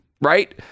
right